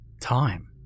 time